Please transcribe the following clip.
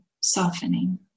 softening